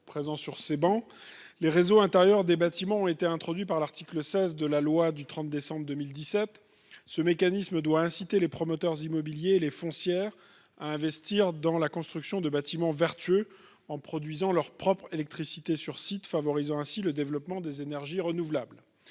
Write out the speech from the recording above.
de notre groupe. Les réseaux intérieurs des bâtiments (RIB) ont été introduits par l'article 16 de la loi du 30 décembre 2017. Ce mécanisme doit inciter les promoteurs immobiliers et les foncières à investir dans la construction de bâtiments vertueux, en produisant leur propre électricité sur site, ce qui favorise le développement des énergies renouvelables.